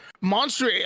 monster